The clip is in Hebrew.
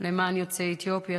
למען יוצאי אתיופיה,